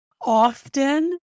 often